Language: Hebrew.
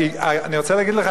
אני רוצה להגיד לך,